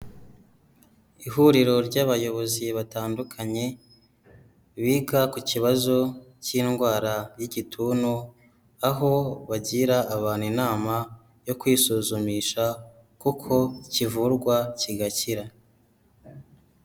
Ihuriro ry'abayobozi batandukanye, biga ku kibazo k'indwara y'igituntu, aho bagira abantu inama yo kwisuzumisha, kuko kivurwa kigakira.